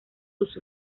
sus